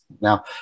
Now